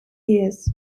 years